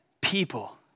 people